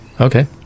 Okay